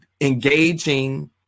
engaging